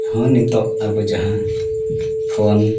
ᱦᱮᱸ ᱱᱤᱛᱚᱜ ᱟᱵᱚ ᱡᱟᱦᱟᱸ ᱯᱷᱳᱱ